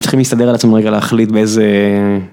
צריכים להסתדר על עצמם רגע להחליט באיזה...